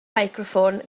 meicroffon